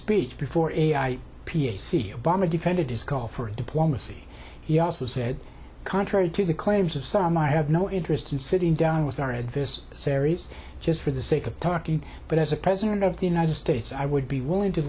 speech before i see balmer defended his call for diplomacy he also said contrary to the claims of some i have no interest in sitting down with our advice series just for the sake of talking but as a president of the united states i would be willing to